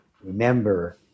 Remember